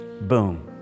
boom